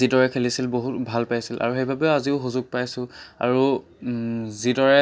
যিদৰে খেলিছিল বহু ভাল পাইছিল আৰু সেইবাবে আজিও সুযোগ পাইছোঁ আৰু যিদৰে